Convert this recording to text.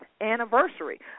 anniversary